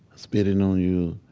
spitting on you,